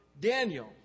Daniel